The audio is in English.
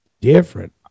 different